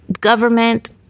government